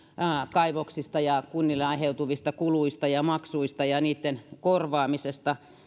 kaivoksista ja kunnille aiheutuvista kuluista ja maksuista ja niitten korvaamisesta